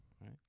Right